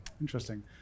Interesting